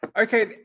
Okay